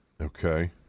Okay